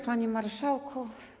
Panie Marszałku!